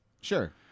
Sure